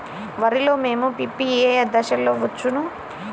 వరిలో మోము పిప్పి ఏ దశలో వచ్చును?